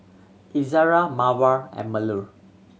Izara Mawar and Melur